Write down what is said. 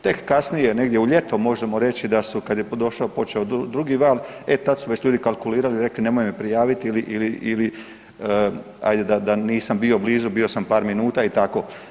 Tek kasnije negdje u ljeto možemo reći da su kad je došao počeo drugi val, e tad su već ljudi kalkulirali i rekli nemoj me prijaviti ili ajde da nisam bio blizu bio sam par minuta i tako.